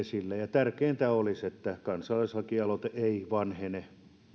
tärkeintä olisi että kansalaislakialoite ei vanhene